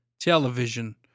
Television